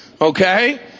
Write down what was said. okay